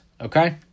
okay